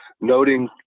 noting